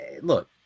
look